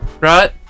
right